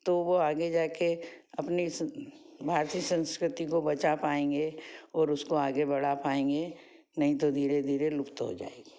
तो वो आगे जाके अपनी भारतीय संस्कृति को बचा पाएँगे और उसको आगे बढ़ा पाएँगे नहीं तो धीरे धीरे लुप्त हो जाएगी